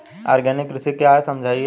Organic कृषि क्या है समझाइए?